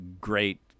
great